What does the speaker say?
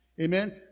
Amen